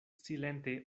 silente